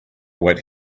wait